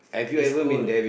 is cool